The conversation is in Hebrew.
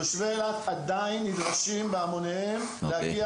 שתושבי אילת עדיין נדרשים בהמוניהם להגיע